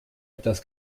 etwas